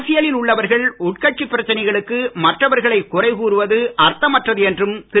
அரசியலில் உள்ளவர்கள் உட்கட்சிப் பிரச்சனைளுக்கு மற்றவர்களை குறைகூறுவது அர்த்தமற்றது என்றும் திரு